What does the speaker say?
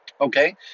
Okay